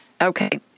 Okay